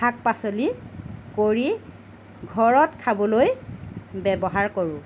শাক পাচলি কৰি ঘৰত খাবলৈ ব্যৱহাৰ কৰোঁ